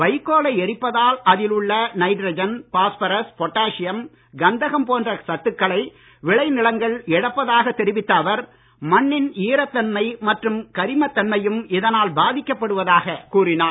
வைக்கோலை எரிப்பதால் அதில் உள்ள நைட்ரஜன் பாஸ்பரஸ் பொட்டாசியம் கந்தகம் போன்ற சத்துக்களை விளை நிலங்கள் இழப்பதாக தெரிவித்த அவர் மண்ணின் ஈரத் தன்மை மற்றும் கரிமத் தன்மையும் இதனால் பாதிக்கப்படுவதாக கூறினார்